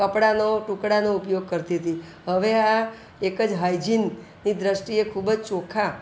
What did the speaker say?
કપડાંનો ટૂકડાનો ઉપયોગ કરતી હતી હવે આ એક જ હાયજીનની દૃષ્ટિએ ખૂબ જ ચોખ્ખાં